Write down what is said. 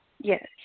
yes